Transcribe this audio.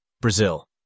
brazil